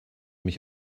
mich